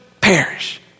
perish